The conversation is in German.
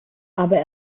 aber